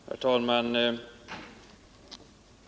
Herr talman!